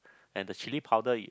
and the chilli powder you